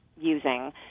using